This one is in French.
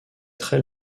très